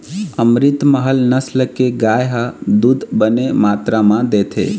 अमरितमहल नसल के गाय ह दूद बने मातरा म देथे